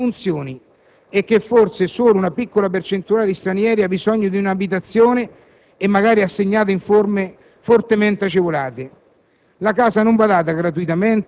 si può pensare che l'integrazione funzioni e che forse solo una piccola percentuale di stranieri ha bisogno di un'abitazione, magari assegnata in forme fortemente agevolate.